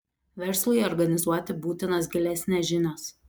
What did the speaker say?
verslui organizuoti būtinos gilesnės žinios